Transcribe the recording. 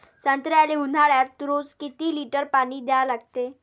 संत्र्याले ऊन्हाळ्यात रोज किती लीटर पानी द्या लागते?